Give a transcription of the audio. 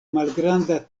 malgranda